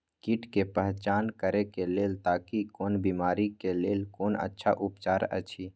कीट के पहचान करे के लेल ताकि कोन बिमारी के लेल कोन अच्छा उपचार अछि?